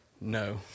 no